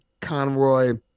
Conroy